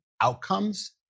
outcomes